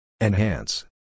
Enhance